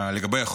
לגבי החוק,